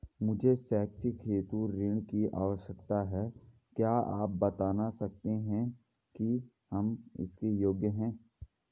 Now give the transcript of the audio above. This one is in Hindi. मुझे शैक्षिक हेतु ऋण की आवश्यकता है क्या आप बताना सकते हैं कि हम इसके योग्य हैं?